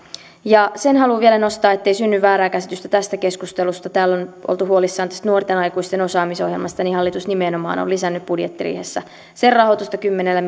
sen haluan vielä nostaa ettei synny väärää käsitystä tästä keskustelusta kun täällä on oltu huolissaan tästä nuorten aikuisten osaamisohjelmasta että hallitus nimenomaan on lisännyt budjettiriihessä sen rahoitusta kymmenellä